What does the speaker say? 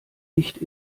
nicht